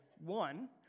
one